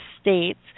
States